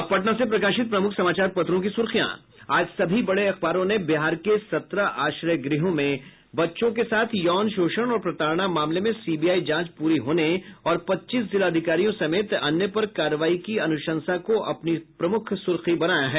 अब पटना से प्रकाशित प्रमुख समाचार पत्रों की सुर्खियां आज सभी बड़े अखबारों ने बिहार के सत्रह आश्रय गृहों में बच्चों के साथ यौन शोषण और प्रताड़ना मामले में सीबीआई जांच पूरी होने और पच्चीस जिलाधिकारियों समेत अन्य पर कार्रवाई की अनुशंसा को अपनी प्रमुख सुर्खी बनाया है